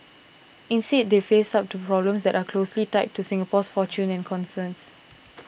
instead they face up to problems that are closely tied to Singapore's fortunes and concerns